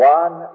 one